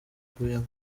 akuyemo